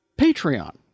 Patreon